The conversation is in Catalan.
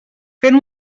fent